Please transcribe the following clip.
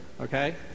Okay